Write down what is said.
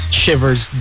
shivers